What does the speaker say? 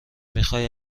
میخوای